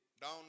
Down